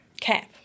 cap